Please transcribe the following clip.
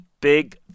big